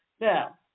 Now